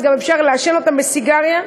אז גם אפשר לעשן אותם בסיגריה,